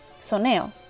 soneo